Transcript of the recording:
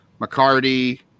McCarty